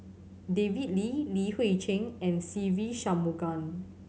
David Lim Li Hui Cheng and Se Ve Shanmugam